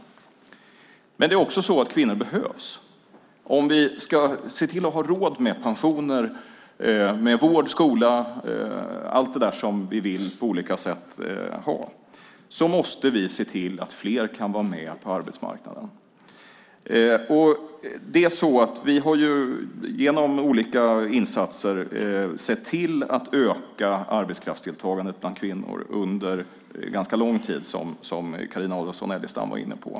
Men det är också så att kvinnor behövs. Om vi ska ha råd med pensioner, vård, skola och allt det där som vi på olika sätt vill ha måste vi se till att fler kan vara med på arbetsmarknaden. Vi har genom olika insatser sett till att öka arbetskraftsdeltagandet bland kvinnor under ganska lång tid, som Carina Adolfsson Elgestam var inne på.